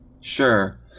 Sure